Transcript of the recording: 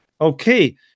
Okay